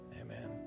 Amen